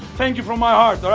thank you from my heart,